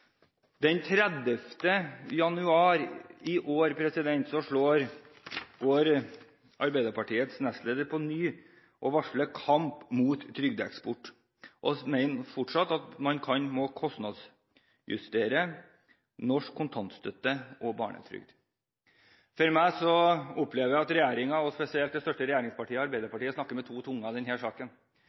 Den 30. januar i år går Arbeiderpartiets nestleder på nytt ut og varsler kamp mot trygdeeksport, og mener fortsatt at man må kostnadsjustere norsk kontantstøtte og barnetrygd. Jeg opplever at regjeringen og spesielt det største regjeringspartiet, Arbeiderpartiet, snakker med to tunger i denne saken.